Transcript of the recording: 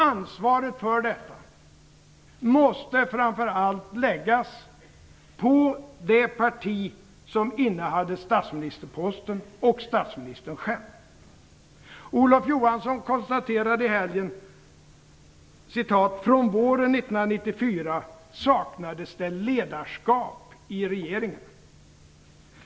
Ansvaret för detta måste framför allt läggas på det parti som innehade statsministerposten och på statsministern själv. 1994 saknades det ledarskap i regeringen.